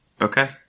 Okay